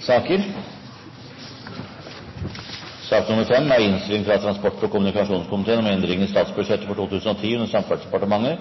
saker. Etter ønske fra transport- og kommunikasjonskomiteen